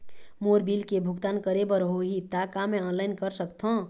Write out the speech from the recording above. मोर bill के भुगतान करे बर होही ता का मैं ऑनलाइन कर सकथों?